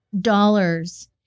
dollars